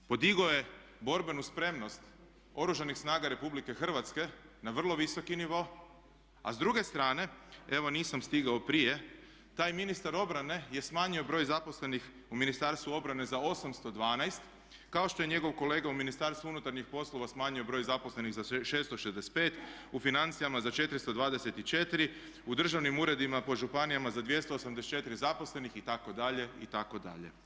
Podigao je borbenu spremnost Oružanih snaga Republike Hrvatske na vrlo visoki nivo, a s druge strane evo nisam stigao prije taj ministar obrane je smanjio broj zaposlenih u Ministarstvu obrane za 812 kao što je njegov kolega u Ministarstvu unutarnjih poslova smanjio broj zaposlenih za 665, u financijama za 424, u državnim uredima po županijama za 284 zaposlenih itd., itd.